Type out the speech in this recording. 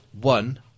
One